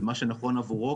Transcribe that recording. ומה שנכון עבורו,